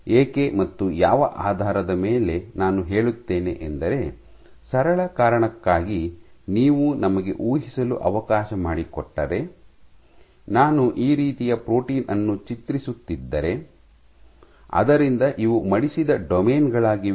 ಏಕೆ ಮತ್ತು ಯಾವ ಆಧಾರದ ಮೇಲೆ ನಾನು ಹೇಳುತ್ತೇನೆ ಎಂದರೆ ಸರಳ ಕಾರಣಕ್ಕಾಗಿ ನೀವು ನಮಗೆ ಊಹಿಸಲು ಅವಕಾಶ ಮಾಡಿಕೊಟ್ಟರೆ ನಾನು ಈ ರೀತಿಯ ಪ್ರೋಟೀನ್ ಅನ್ನು ಚಿತ್ರಿಸುತ್ತಿದ್ದರೆ ಅದರಿಂದ ಇವು ಮಡಿಸಿದ ಡೊಮೇನ್ ಗಳಾಗಿವೆ